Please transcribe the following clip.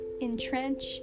entrench